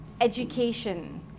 education